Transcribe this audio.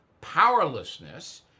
powerlessness